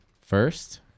First